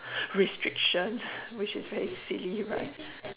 restriction which is very silly right